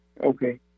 Okay